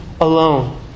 alone